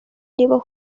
দিব